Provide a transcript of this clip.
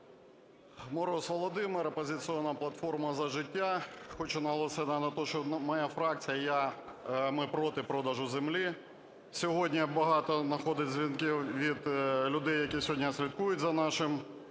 Мороз Володимир, "Опозиційна платформа - За життя". Хочу наголосити на те, що моя фракція і я, ми проти продажу землі. Сьогодні багато надходить дзвінків від людей, які сьогодні слідкують за нашим